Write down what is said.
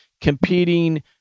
competing